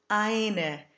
Eine